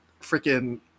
freaking